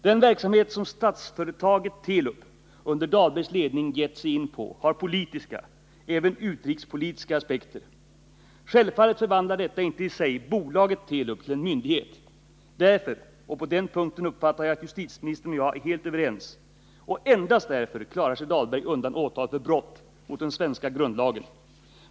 Den verksamhet som statsföretaget Telub under Dahlbergs ledning gett sig in på har politiska, även utrikespolitiska, aspekter. Självfallet förvandlar detta inte i sig bolaget Telub till en myndighet. Därför — och på den punkten uppfattar jag att justitieministern och jag är helt överens — och endast därför klarar sig Dahlberg undan åtal för brott mot den svenska grundlagen.